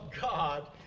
God